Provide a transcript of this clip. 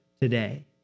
today